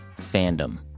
fandom